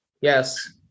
Yes